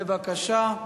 בבקשה,